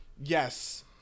Yes